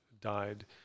died